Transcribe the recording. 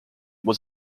was